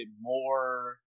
more